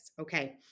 okay